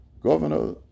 Governor